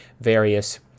various